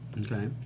Okay